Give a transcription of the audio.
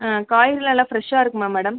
காய்கறியெலாம் எல்லாம் ஃப்ரெஷ்ஷாக இருக்குமா மேடம்